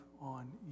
on